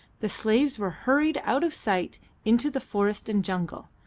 the slaves were hurried out of sight into the forest and jungle,